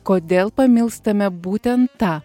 kodėl pamilstame būtent tą